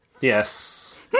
Yes